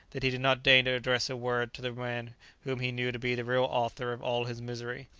that he did not deign to address a word to the man whom he knew to be the real author of all his misery.